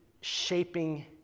shaping